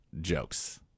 jokes